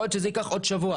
יכול להיות שזה ייקח עוד שבוע.